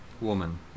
woman